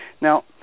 now